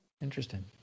Interesting